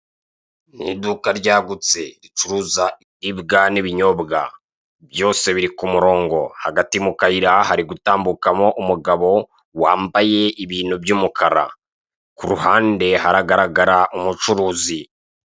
Ni iduka ryagutse ricuruza ibiribwa n'ibinyobwa byose biri ku murongo hagati mu kayira hari gutambukamo umugabo wambaye ibintu by'umukara, ku ruhande haragaragara umucuruzi.